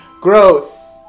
Gross